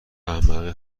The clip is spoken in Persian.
احمقه